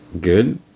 good